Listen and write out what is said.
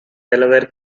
delaware